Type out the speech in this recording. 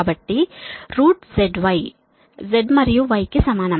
కాబట్టి ZY Z మరియు Y కి సమానం